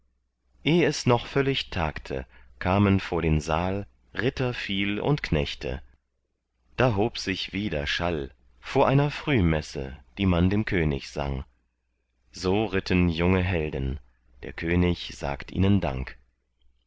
es noch völlig tagte kamen vor den saal ritter viel und knechte da hob sich wieder schall vor einer frühmesse die man dem könig sang so ritten junge helden der könig sagt ihnen dank